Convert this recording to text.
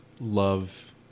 love